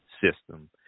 system